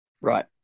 right